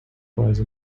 prize